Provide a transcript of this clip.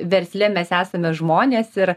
versle mes esame žmonės ir